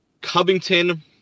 Covington